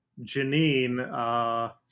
Janine